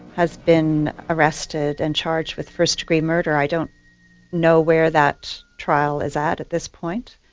has been arrested and charged with first-degree murder. i don't know where that trial is at at this point.